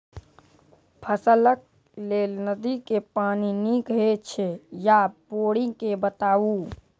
फसलक लेल नदी के पानि नीक हे छै या बोरिंग के बताऊ?